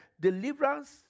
deliverance